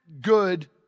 good